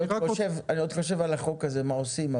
אני עוד חושב על החוק הזה ועל מה עושים.